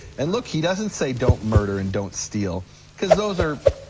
and look, he doesn't say don't murder and don't steal cause those are,